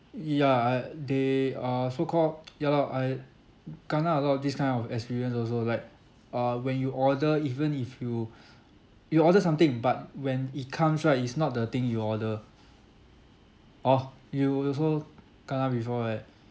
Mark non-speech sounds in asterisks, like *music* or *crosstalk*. ya uh they err so called *noise* ya lor I garner a lot of this kind of experience also like uh when you order even if you you order something but when it comes right it's not the thing you order orh you also kena before right *breath*